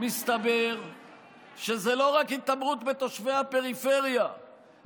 מסתבר שזה לא רק התעמרות בתושבי הפריפריה,